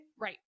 right